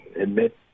admit